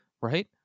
Right